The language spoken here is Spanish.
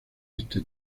este